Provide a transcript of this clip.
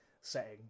setting